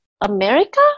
America